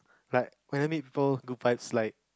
like clam it bowl goodbye slide